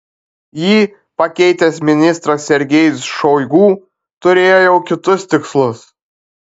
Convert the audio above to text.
jį pakeitęs ministras sergejus šoigu turėjo jau kitus tikslus